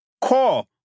Call